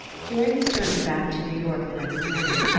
during his journey back to new york the next morning,